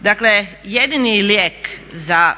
Dakle, jedini lijek za